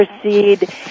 proceed